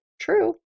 True